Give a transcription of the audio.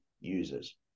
users